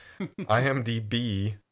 imdb